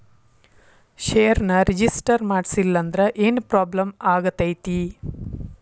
ಷೇರ್ನ ರಿಜಿಸ್ಟರ್ ಮಾಡ್ಸಿಲ್ಲಂದ್ರ ಏನ್ ಪ್ರಾಬ್ಲಮ್ ಆಗತೈತಿ